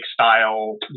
style